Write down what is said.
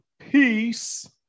Peace